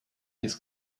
his